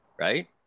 Right